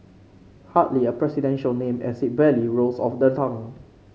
hardly a presidential name as it barely rolls off the tongue